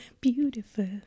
beautiful